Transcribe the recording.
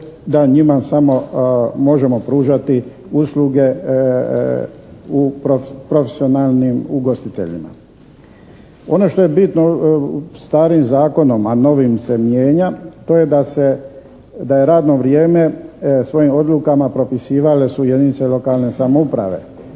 da njima samo možemo pružati usluge u profesionalnim ugostiteljima. Ono što je bitno starim zakonom a novim se mijenja to je da je radno vrijeme svojim odlukama propisivale su jedinice lokalne samouprave.